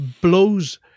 blows